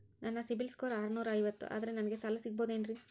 ನನ್ನ CIBIL score ಆರನೂರ ಐವತ್ತು ಅದರೇ ನನಗೆ ಸಾಲ ಸಿಗಬಹುದೇನ್ರಿ?